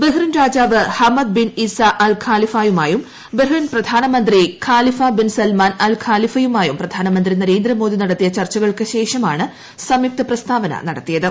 Bahrain രാജാവ് Hamad bin Isa Al ഖാലിഫയുമായും Bahrain പ്രധാനമന്ത്രി ഖാലിഫ ബിൻ സൽമാൻ അൽ ഖാലിഫയുമായും പ്രധാനമന്ത്രി നരേന്ദ്രമോദി നടത്തിയ ചർച്ചകൾക്ക് ശേഷമാണ് സംയുക്ത പ്രസ്താവന നടത്തിയത്